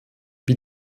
wie